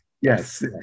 yes